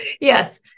Yes